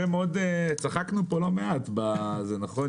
וגם צחקנו פה לא מעט עם מיכאל.